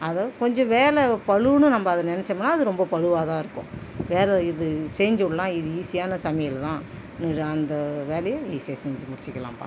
அதை கொஞ்சம் வேலை பளுன்னு நம்ம ப அதை நெனச்சோம்னா அது ரொம்ப பளுவா தான் இருக்கும் வேலை இது செஞ்சுடலாம் இது ஈஸியான சமையல் தான் அந்த வேலையை ஈஸியாக செஞ்சு முடிச்சிக்கலாம்பா